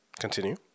Continue